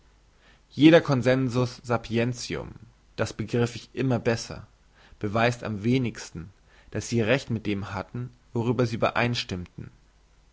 jener consensus sapientium das begriff ich immer besser beweist am wenigsten dass sie recht mit dem hatten worüber sie übereinstimmten